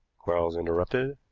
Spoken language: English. quarles interrupted.